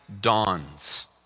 dawns